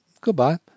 good-bye